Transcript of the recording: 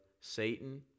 Satan